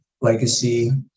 legacy